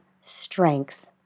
strength